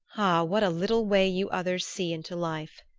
what a little way you others see into life!